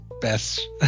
best